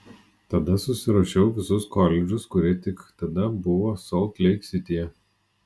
tada susirašiau visus koledžus kurie tik tada buvo solt leik sityje